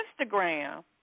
Instagram